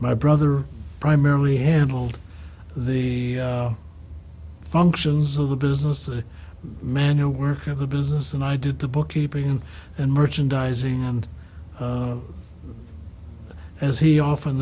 my brother primarily handled the functions of the business the manual work of the business and i did the bookkeeping and merchandising and as he often